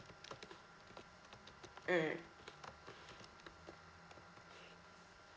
mm